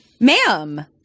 Ma'am